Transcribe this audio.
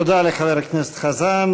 תודה לחבר הכנסת חזן.